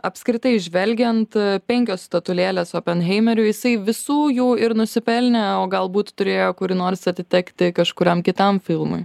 apskritai žvelgiant penkios statulėles openheimeriui jisai visų jų ir nusipelnė o galbūt turėjo kurį nors atitekti kažkuriam kitam filmui